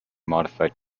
modified